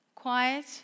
Quiet